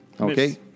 Okay